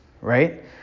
right